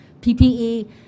PPE